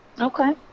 Okay